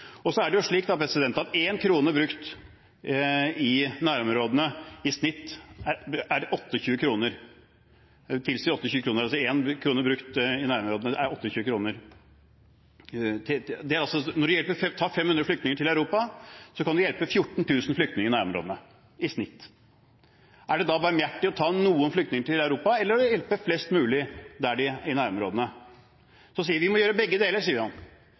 løsningen. Så er det jo slik at 1 kr brukt i nærområdene i snitt tilsvarer 28 kr, så i stedet for å ta 500 flyktninger til Europa, kan man altså hjelpe 14 000 flyktninger i nærområdene – i snitt. Er det da barmhjertig å ta noen flyktninger til Europa, eller er det barmhjertig å hjelpe flest mulig der de er, i nærområdene? Vi må gjøre begge deler,